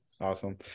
Awesome